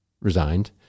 resigned